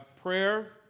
prayer